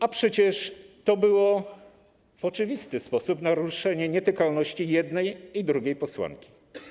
A przecież to było w oczywisty sposób naruszenie nietykalności jednej i drugiej posłanki.